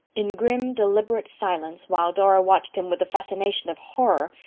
in grim, deliberate silence, while dora watched him with the fascination of horror,